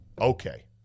Okay